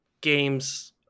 games